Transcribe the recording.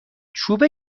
چوب